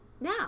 now